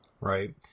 Right